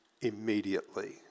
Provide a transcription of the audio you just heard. immediately